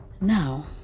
Now